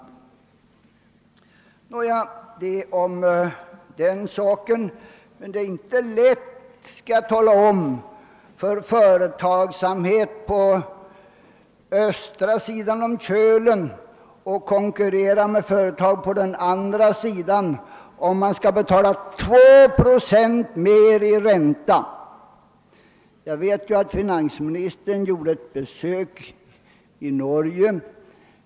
Nog om detta. Jag vill emellertid säga att det inte är lätt för företagsamheten på den östra sidan om Kölen att konkurrera med företag på den västra sidan härom, om man här skall betala 2 procent högre ränta. Jag vet ju att finansministern gjort ett besök i Norge nyligen.